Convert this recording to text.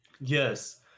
Yes